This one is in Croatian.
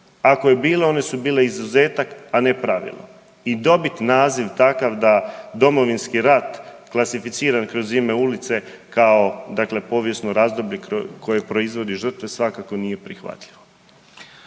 Ako je bilo, one su bile izuzetak, a ne pravilo. I dobiti naziv takav da, Domovinski rat klasificiran kroz ime ulice kao dakle povijesno razdoblje koje proizvodi žrtve, svakako nije prihvatljivo.